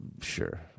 Sure